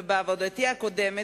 ובעבודתי הקודמת,